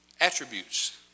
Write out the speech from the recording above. attributes